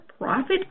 Profit